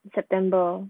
september